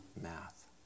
math